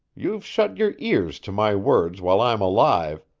you've shut your ears to my words while i'm alive,